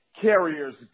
carriers